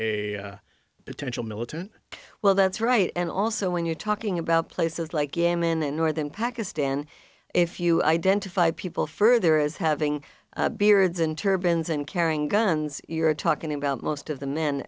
a potential militant well that's right and also when you're talking about places like yemen and northern pakistan if you identify people further as having beards and turbans and carrying guns you're talking about most of the men